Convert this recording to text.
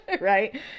Right